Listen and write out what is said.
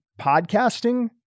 podcasting